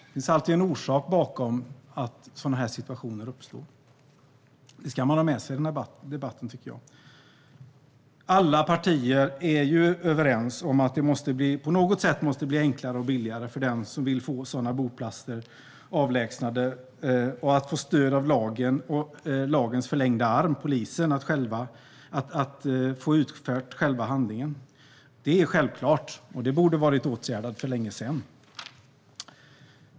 Det finns alltid en orsak bakom att sådana här situationer uppstår, och det ska man ha med sig i debatten, tycker jag. Alla partier är överens om att det måste bli enklare och billigare för den som vill få sådana boplatser avlägsnade att få stöd av lagen och dess förlängda arm - polisen - så att själva handlingen blir utförd. Det är självklart, och det borde ha varit åtgärdat för länge sedan.